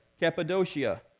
Cappadocia